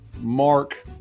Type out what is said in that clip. Mark